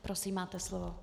Prosím, máte slovo.